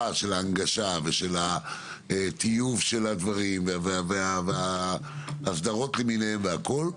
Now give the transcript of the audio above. של ההנגשה והטיוב של הדברים והאסדרות למיניהן והכול,